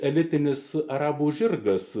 elitinis arabų žirgas